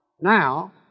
Now